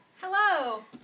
hello